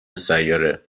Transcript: سیاره